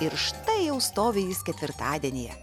ir štai jau stovi jis ketvirtadienyje